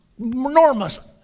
enormous